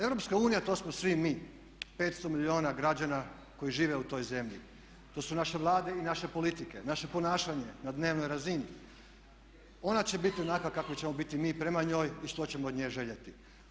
Europska unija to smo svi mi, 500 milijuna građana koji žive u toj zemlji, to su naše vlade i naše politike, naše ponašanje na dnevnoj razini, ona će biti onakva kakvi ćemo biti mi prema njoj i što ćemo od nje željeti.